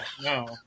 No